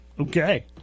Okay